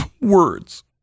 Words